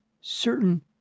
certain